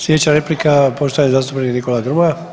Sljedeća replika poštovani zastupnik Nikola Grmoja.